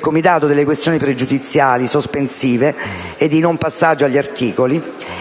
Comitato delle questioni pregiudiziali, sospensive e di non passaggio agli articoli;